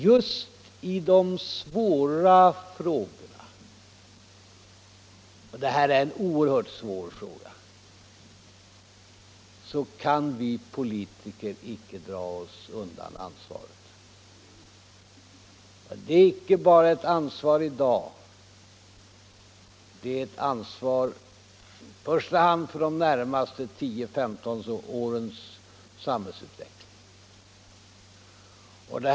Just i de svåra frågorna — och det här är en oerhört svår fråga — kan vi politiker icke dra oss undan ansvaret. Det är inte bara ett ansvar i dag, det är ett ansvar i första hand för de närmaste 10-15 årens samhällsutveckling.